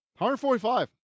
145